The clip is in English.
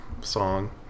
song